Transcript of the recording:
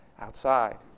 outside